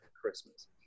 Christmas